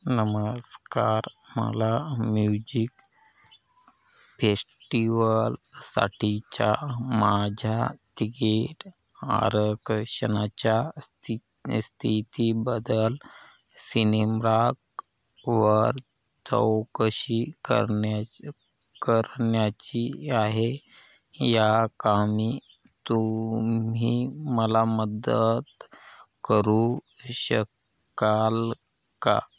नमस्कार मला म्युजिक फेश्टीवलसाठीच्या माझ्या तिकीट आरक्षणाच्या स्थि स्थितीबद्दल सिनेम्राक वर चौकशी करण्याचं करण्याची आहे या कामी तुम्ही मला मदत करू शकाल का